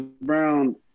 Brown